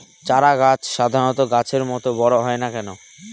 চারা গাছ সাধারণ গাছের মত বড় হয় না কেনো?